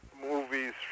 movies